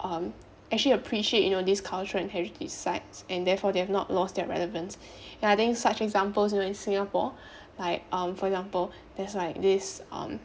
um actually appreciate you know this cultural and heritage sites and therefore they have not lost their relevance ya I think such examples in singapore uh like um for example there's like this um